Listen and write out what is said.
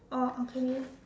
oh okay